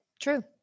true